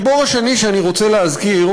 הגיבור השני שאני רוצה להזכיר